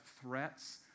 threats